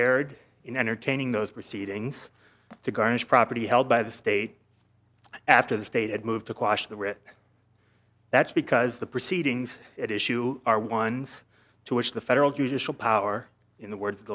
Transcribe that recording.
erred in entertaining those proceedings to garnish property held by the state after the state had moved to quash the writ that's because the proceedings at issue are ones to which the federal judicial power in the words